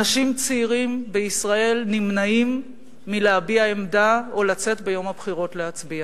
אנשים צעירים בישראל נמנעים מלהביע עמדה או לצאת ביום הבחירות להצביע,